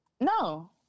No